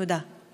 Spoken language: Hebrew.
תודה.